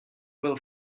will